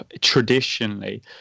traditionally